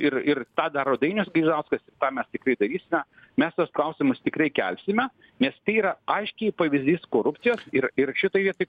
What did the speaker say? ir ir tą daro dainius gaižauskas ir tą mes tikrai darysime mes tuos klausimus tikrai kelsime nes tai yra aiškiai pavyzdys korupcijos ir ir šitoj vietoj